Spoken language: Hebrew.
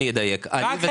ברגע